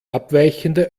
abweichende